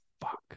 fuck